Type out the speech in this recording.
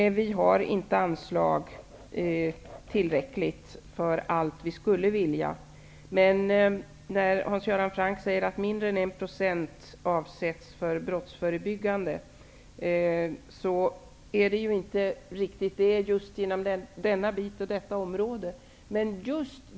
Vi har inte anslag tillräckligt för allt vi skulle vilja, men när Hans Göran Franck säger att mindre än 1 % avsätts för brottsförebyggande insatser är det ju inte riktigt, även om det stämmer i fråga om just den bit som BRÅ har svarat för.